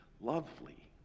lovely